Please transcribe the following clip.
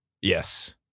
Yes